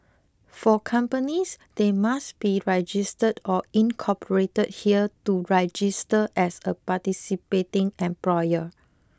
for companies they must be registered or incorporated here to register as a participating employer